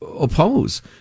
oppose